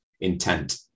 intent